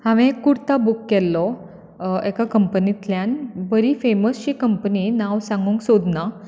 हांवें कुर्ता बूक केल्लो एका कंपनींतल्यान बरी फेमस शी कंपनी नांव सांगूंक सोदना